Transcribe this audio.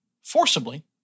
forcibly